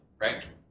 right